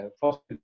fossil